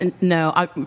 No